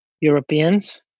Europeans